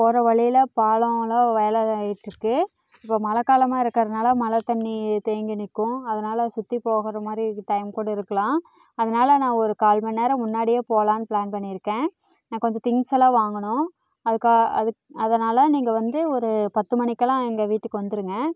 போகிற வழியில் பாலமெலாம் வேலை இதாயிட்டிருக்கு இப்போது மழை காலமாக இருக்கிறனால மழை தண்ணி தேங்கி நிற்கும் அதனால் சுற்றி போகிற மாதிரி டைம் கூட இருக்கலாம் அதனால் நான் ஒரு கால் மணிநேரம் முன்னாடியே போலாம்னு ப்ளான் பண்ணியிருக்கேன் நான் கொஞ்சம் திங்க்ஸ் எல்லாம் வாங்கணும் அதுக்காக அதுக் அதனால் நீங்கள் வந்து ஒரு பத்து மணிக்கெலாம் எங்கள் வீட்டுக்கு வந்துடுங்க